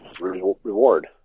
reward